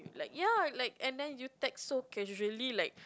ya like and then you text so casually like